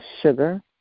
sugar